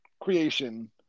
creation